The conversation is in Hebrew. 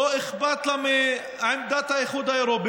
לא אכפת לה מעמדת האיחוד האירופי,